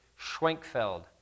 Schwenkfeld